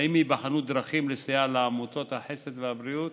האם ייבחנו דרכים לסייע לעמותות החסד והבריאות?